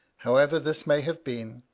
however this may have been,